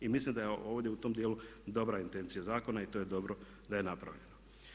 I mislim da je ovdje u tom dijelu dobra intencija zakona i to je dobro da je napravljeno.